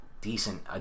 decent